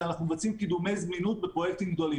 אנחנו מבצעים קידומי זמינות בפרויקטים גדולים.